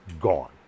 gone